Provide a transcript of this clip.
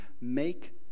Make